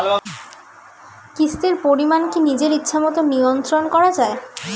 কিস্তির পরিমাণ কি নিজের ইচ্ছামত নিয়ন্ত্রণ করা যায়?